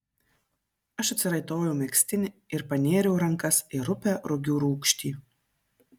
aš atsiraitojau megztinį ir panėriau rankas į rupią rugių rūgštį